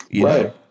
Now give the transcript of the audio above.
right